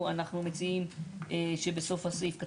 אנחנו מציעים שבסוף הסעיף,